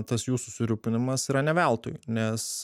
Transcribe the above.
tas jų susirūpinimas yra ne veltui nes